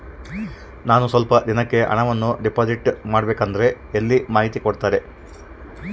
ನಾನು ಸ್ವಲ್ಪ ದಿನಕ್ಕೆ ಹಣವನ್ನು ಡಿಪಾಸಿಟ್ ಮಾಡಬೇಕಂದ್ರೆ ಎಲ್ಲಿ ಮಾಹಿತಿ ಕೊಡ್ತಾರೆ?